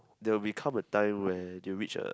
there will be come a time where they will reach a